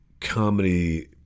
comedy